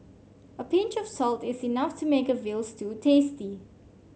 a pinch of salt is enough to make a veal stew tasty